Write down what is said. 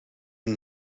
een